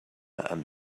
and